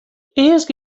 earst